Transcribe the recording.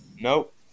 Nope